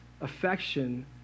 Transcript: affection